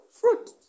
fruit